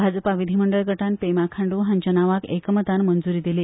भाजपा विधीमंडळ गटान पेमा खांडू हांच्या नावाक एकमतान मंजुरी दिली